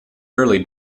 early